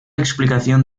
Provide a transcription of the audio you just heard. explicación